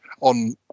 on